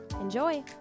Enjoy